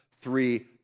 three